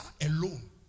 alone